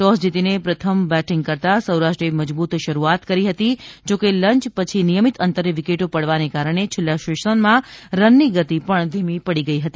toss જીતીને પ્રથમ batting કરતા સૌરાષ્ટ્રે મજબૂત શરૂઆત કરી કરી હતી જોકે લંય પછી નિયમિત અંતરે વિકેટો પડવાને કારણે છેલ્લા સેશનમાં રનની ગતિ પણ ધીમી પડી ગઈ હતી